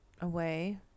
Away